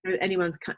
anyone's